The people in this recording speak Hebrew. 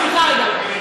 סליחה רגע,